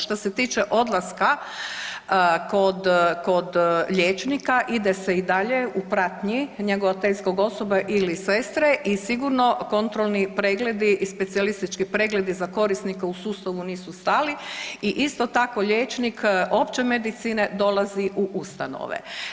Šta se tiče odlaska kod, kod liječnika, ide se i dalje u pratnji njegovateljskog osoba ili sestre i sigurno kontrolni pregledi i specijalistički pregledi za korisnike u sustavu nisu stali i isto tako liječnik opće medicine dolazi u ustanove.